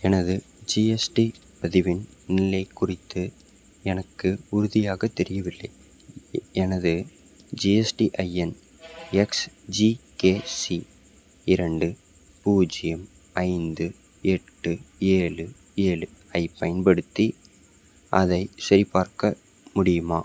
எனது ஜிஎஸ்டி பதிவின் நிலைக் குறித்து எனக்கு உறுதியாக தெரியவில்லை எனது ஜிஎஸ்டிஐஎன் எக்ஸ்ஜிகேசி இரண்டு பூஜ்ஜியம் ஐந்து எட்டு ஏழு ஏழு ஐப் பயன்படுத்தி அதைச் சரிபார்க்க முடியுமா